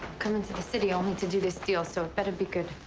come into the city only to do this deal, so it better be good.